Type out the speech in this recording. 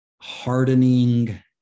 hardening